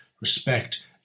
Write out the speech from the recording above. respect